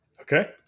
Okay